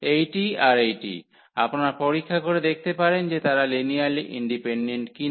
এইটি আর এইটি আপনারা পরীক্ষা করে দেখতে পারেন যে তারা লিনিয়ারলি ইন্ডিপেন্ডেন্ট কি না